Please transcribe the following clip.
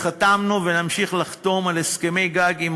וחתמנו ונמשיך לחתום על הסכמי-גג עם